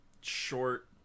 short